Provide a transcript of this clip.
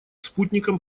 спутником